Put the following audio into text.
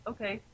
Okay